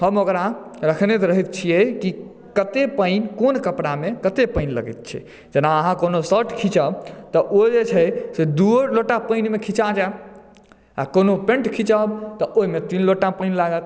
हम ओकरा रखने तऽ रहै छियै की कते पानि कोन कपड़ा मे कते पानि लगैत छै जेना अहाँ कोनो शर्ट खिचब तऽ ओ जे छै दूओ लोटा पानि मे खीचा जायत आ कोनो पेन्ट खिचब तऽ ओहिमे तीन लोटा पानि लागत